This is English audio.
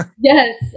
yes